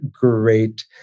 great